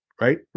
right